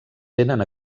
tenen